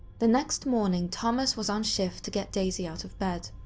the next morning, thomas was on shift to get daisy out of bed.